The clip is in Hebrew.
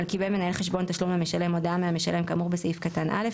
קיבל מנהל חשבון תשלום למשלם הודעה מהמשלם כאמור בסעיף קטן (א),